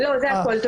לא, זה הכול.